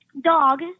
Dog